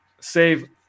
save